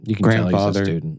grandfather